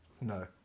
No